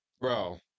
bro